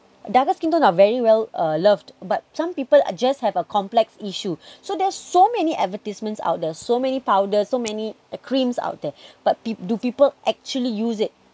darker skin tone are very well uh loved but some people just have a complex issue so there's so many advertisements out there so many powder so many creams out there but do people actually use it